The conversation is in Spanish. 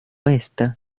está